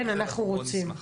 כן אנחנו רוצים.